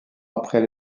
après